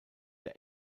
der